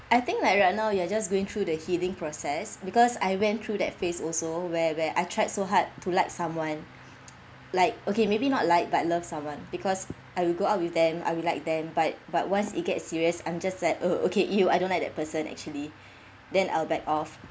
I think like right now you are just going through the healing process because I went through that phase also where where I tried so hard to like someone like okay maybe not like but love someone because I will go out with them I will like them but but once it get serious I'm just like oh okay !eww! I don't like that person actually then I'll back off